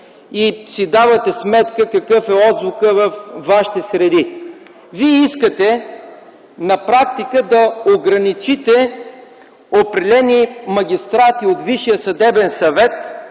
и си давате сметка какъв е отзвукът във Вашите среди. Вие искате на практика да ограничите определени магистрати от Висшия съдебен съвет,